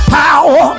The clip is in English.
power